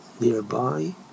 nearby